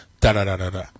da-da-da-da-da